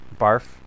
Barf